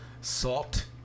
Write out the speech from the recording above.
salt